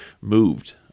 moved